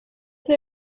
they